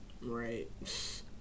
Right